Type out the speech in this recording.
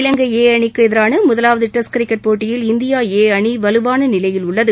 இலங்கை A அணிக்கு எதிரான முதலாவது டெஸ்ட் கிரிக்கெட் போட்டியில் இந்தியா ஏ அணி வலுவான நிலையில் உள்ளது